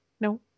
No